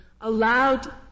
allowed